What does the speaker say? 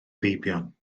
feibion